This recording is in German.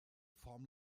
form